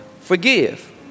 forgive